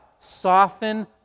Soften